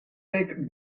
week